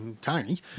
tiny